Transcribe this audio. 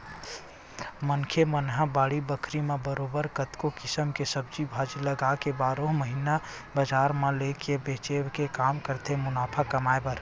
मनखे मन ह बाड़ी बखरी म बरोबर कतको किसम के सब्जी भाजी लगाके बारहो महिना बजार म लेग के बेंचे के काम करथे मुनाफा कमाए बर